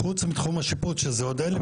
חוץ מתחום השיפוט שזה עוד 1,000,